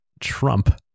Trump